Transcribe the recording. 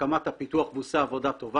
הקמת הפיתוח וצריך לומר שהוא עושה עבודה טובה.